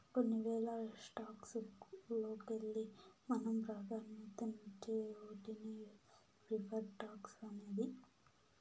కొన్ని వేల స్టాక్స్ లోకెల్లి మనం పాదాన్యతిచ్చే ఓటినే ప్రిఫర్డ్ స్టాక్స్ అనేది